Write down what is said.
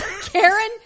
karen